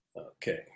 Okay